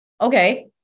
Okay